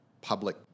public